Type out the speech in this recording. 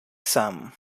some